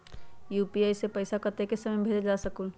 UPI से पैसा कतेक समय मे भेजल जा स्कूल?